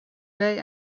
day